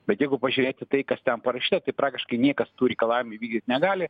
bet jeigu pažiūrėt į tai kas ten parašyta tai praktiškai niekas tų reikalavimų įvykdyt negali